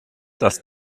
dass